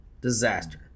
Disaster